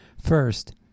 first